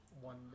One